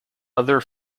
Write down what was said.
other